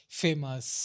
famous